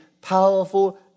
powerful